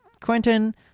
Quentin